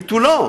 לביטולו.